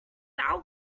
thou